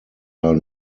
are